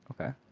Okay